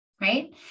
right